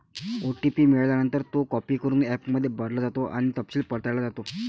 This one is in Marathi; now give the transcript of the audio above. ओ.टी.पी मिळाल्यानंतर, तो कॉपी करून ॲपमध्ये भरला जातो आणि तपशील पडताळला जातो